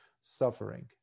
suffering